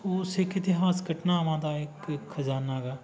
ਉਹ ਸਿੱਖ ਇਤਿਹਾਸ ਘਟਨਾਵਾਂ ਦਾ ਇੱਕੋ ਇੱਕ ਖਜ਼ਾਨਾ ਗਾ